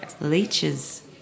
leeches